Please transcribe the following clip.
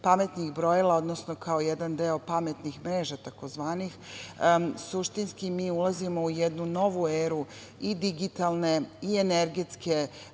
pametnih brojila, odnosno kao jedan deo pametnih mreža takozvanih, suštinski, mi ulazimo u jednu novu eru i digitalne i energetske